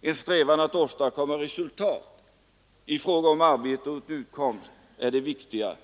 En strävan att åstadkomma resultat i fråga om arbete och utkomst åt människor är det viktiga,